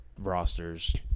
rosters